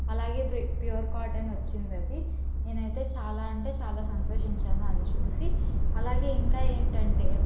అలాగే ప్యూ pure cotton వచ్చింది అది నేనైతే చాలా అంటే చాలా సంతోషించాను అది చూసి అలాగే ఇంకా ఏంటంటే